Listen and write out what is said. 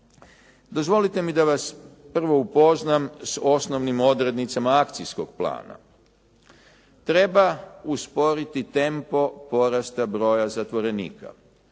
Dozvolite mi da vas prvo upoznam s osnovnim odrednicama akcijskog plana. Treba usporiti tempo porasta broja zatvorenika